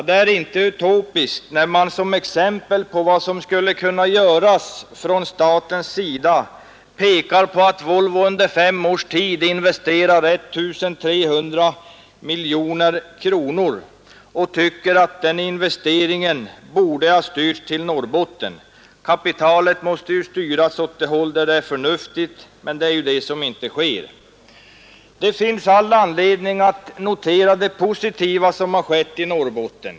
Det är inte utopiskt när man som exempel på vad som skulle kunna göras från statens sida pekar på att Volvo under fem års tid investerade 1300 miljoner kronor och tycker att den investeringen borde ha styrts till Norrbotten. Kapitalet måste styras åt det förnuftigaste hållet, men det sker inte. Det finns all anledning att notera det positiva som har skett i Norrbotten.